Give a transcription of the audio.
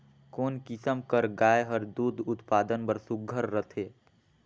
कोन किसम कर गाय हर दूध उत्पादन बर सुघ्घर रथे?